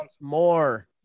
More